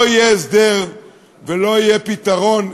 לא יהיה הסדר ולא יהיה פתרון,